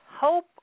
hope